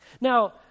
Now